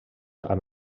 amb